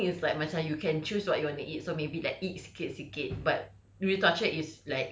ya unless your eating is like macam you can choose what you want to eat so maybe like eat sikit-sikit but